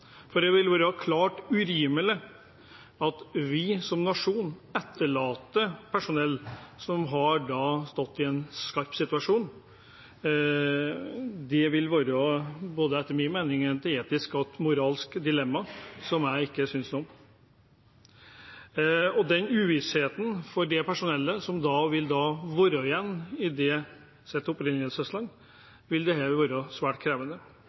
for dette. For det ville vært klart urimelig at vi som nasjon etterlater personell som har stått i en skarp situasjon. Det ville etter min mening være både et etisk og moralsk dilemma, som jeg ikke synes noe om, og uvissheten for det personellet som da blir igjen i sitt opprinnelsesland, vil være svært krevende.